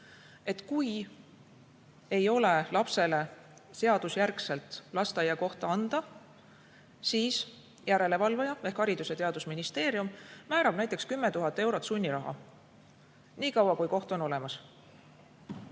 et kui ei ole lapsele seadusjärgselt lasteaiakohta anda, siis järelevalvaja ehk Haridus- ja Teadusministeerium määrab näiteks 10 000 eurot sunniraha. Nii kaua, kui koht on olemas.